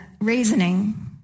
reasoning